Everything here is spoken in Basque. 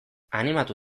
animatu